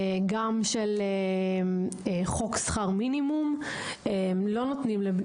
גם של חוק שכר מינימום שלא נותנים.